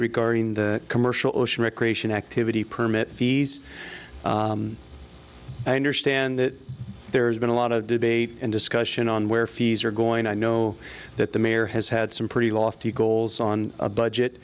regarding the commercial ocean recreation activity permit fees and or stand that there's been a lot of debate and discussion on where fees are going i know that the mayor has had some pretty lofty goals on a budget